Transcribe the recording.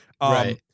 Right